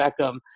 Beckham